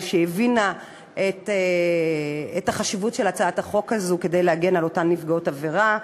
על שהבינה את החשיבות של הצעת החוק הזאת בהגנה על אותן נפגעות עבירה.